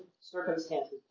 circumstances